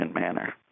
manner